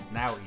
now